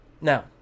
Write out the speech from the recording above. Now